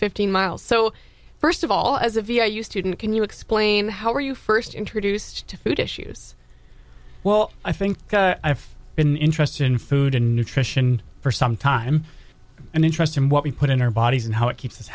fifteen miles so first of all as a viewer i used to didn't can you explain how are you first introduced to food issues well i think i've been interested in food and nutrition for some time an interest in what we put in our bodies and how it keeps